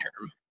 term